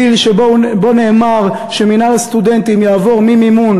דיל שבו נאמר שמינהל הסטודנטים יעבור ממימון